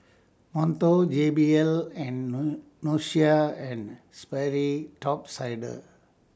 Monto J B L and Nautica and Sperry Top Sider